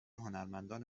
هنرمندان